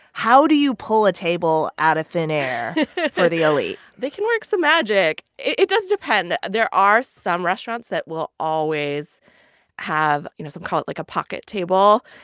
how do you pull a table out of thin air for the elite? they can work some magic. it does depend. there are some restaurants that will always have you know, some call it, like, a pocket table,